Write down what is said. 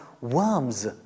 worms